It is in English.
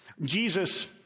jesus